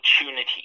opportunity